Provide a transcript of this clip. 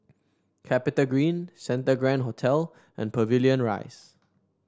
CapitaGreen Santa Grand Hotel and Pavilion Rise